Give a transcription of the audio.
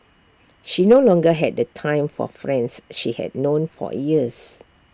she no longer had the time for friends she had known for years